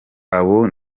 abo